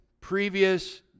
previous